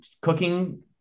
cooking